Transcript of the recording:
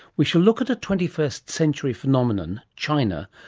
we shall look at a twenty first century phenomenon, china,